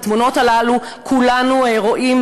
ואת התמונות הללו כולנו רואים,